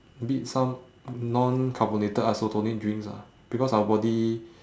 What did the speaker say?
a bit some non carbonated isotonic drinks lah because our body